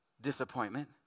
Disappointment